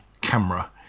camera